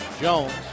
Jones